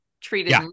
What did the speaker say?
treated